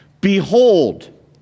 Behold